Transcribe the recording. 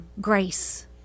grace